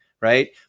right